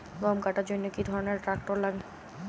গম কাটার জন্য কি ধরনের ট্রাক্টার লাগে?